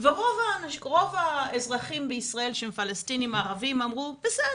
ורוב האזרחים בישראל שהם פלשתינים ערבים אמרו 'בסדר,